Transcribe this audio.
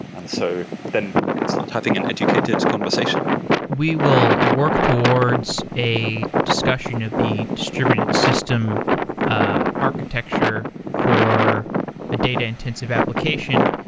and so then, you can start having an educated conversation we will work towards a discussion of the distributed system ah architecture for a data-intensive application.